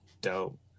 Dope